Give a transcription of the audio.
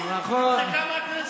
נמחקה מהכנסת.